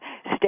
stay